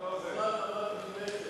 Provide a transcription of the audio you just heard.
אדוני היושב-ראש, הזמן עמד מלכת.